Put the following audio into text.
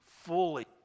fully